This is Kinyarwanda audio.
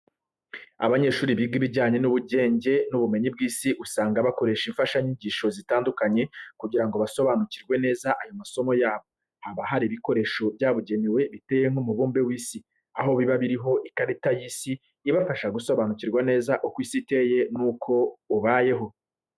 Abanyeshuri biga ibijyanye n'ubugenge n'ubumenyi bw'isi usanga bakoresha imfashanyigisho zitandukanye kugira ngo basobanukirwe neza ayo masomo yabo. Haba hari ibikoresho byabugenewe biteye nk'umubumbe w'isi, aho biba biriho ikarita y'isi ibafasha gusobanukirwa neza uko isi iteye nuko ubayeho.